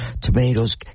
tomatoes